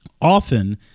Often